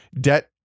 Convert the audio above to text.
debt